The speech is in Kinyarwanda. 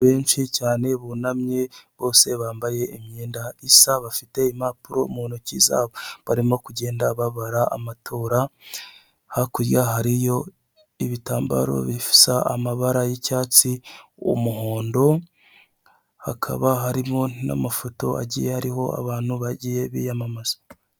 Benshi cyane bunamye bose bambaye imyenda isa bafite impapuro mu ntoki zabo barimo kugenda babara amatora, hakurya hariyo ibitambaro bisa amabara y'icyatsi, umuhondo, hakaba harimo n'amafoto agiye ariho abantu bagiye biyamamaza.